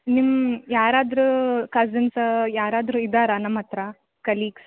ನಿಮ್ಮ ಯಾರಾದರು ಕಝಿನ್ಸಾ ಯಾರಾದರು ಇದ್ದಾರ ನಮ್ಮ ಹತ್ತಿರ ಕಲೀಗ್ಸ್